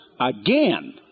again